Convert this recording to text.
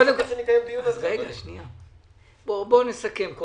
בסדר אבל בוא נקיים דיון על